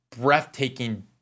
breathtaking